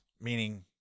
meaning